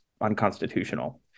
unconstitutional